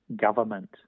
Government